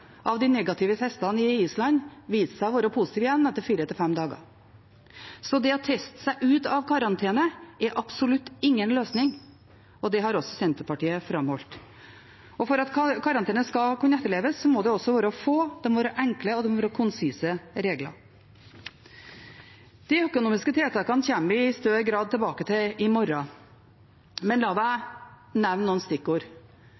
av de negative testene på Island viste seg å være positive igjen etter fire–fem dager. Så det å teste seg ut av karantene er absolutt ingen løsning, og det har også Senterpartiet framholdt. For at karantene skal kunne etterleves, må det også være få, enkle og konsise regler. De økonomiske tiltakene kommer vi i større grad tilbake til i morgen, men la meg nevne noen stikkord.